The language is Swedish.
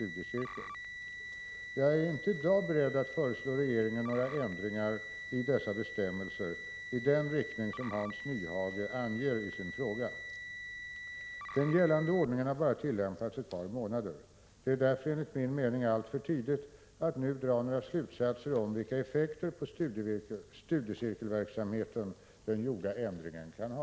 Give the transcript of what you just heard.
Jag är inte i dag beredd att föreslå regeringen några ändringar i dessa bestämmelser i den riktning som Hans Nyhage anger i sin fråga. Den gällande ordningen har bara tillämpats ett par månader. Det är därför enligt min mening alltför tidigt att nu dra några slutsatser om vilka effekter på studiecirkelverksamheten den gjorda ändringen kan ha.